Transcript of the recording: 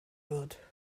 wird